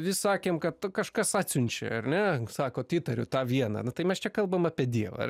vis sakėm kad kažkas atsiunčiau ar ne sakot įtariu tą vieną nu tai mes čia kalbam apie dievą ar